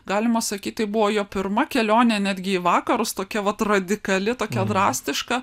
galima sakyt tai buvo jo pirma kelionė netgi į vakarus tokia vat radikali tokia drastiška